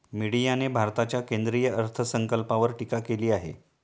मीडियाने भारताच्या केंद्रीय अर्थसंकल्पावर टीका केली आहे